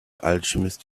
alchemist